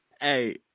Hey